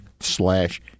slash